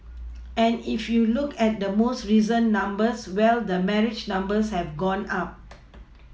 and if you look at the most recent numbers well the marriage numbers have gone up